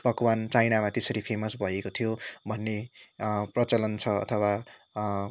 चाइनामा त्यसरी फेमस भएको थियो भन्ने प्रचलन छ अथवा